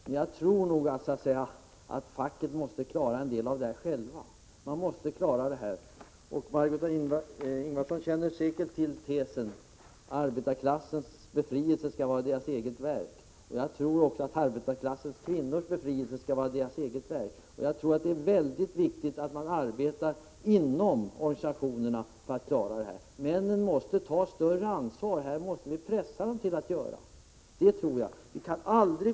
Men jag tror också att facket självt måste klara en del av denna verksamhet. Margö Ingvardsson känner säkerligen till tesen att arbetarklassens befrielse skall vara dess eget verk. Jag tror att också befrielsen av arbetarklassens kvinnor skall vara dess eget verk. Det är viktigt att man arbetar även inom organisationerna för att klara denna uppgift. Vi måste pressa männen till att ta ett större ansvar.